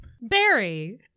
Barry